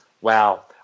Wow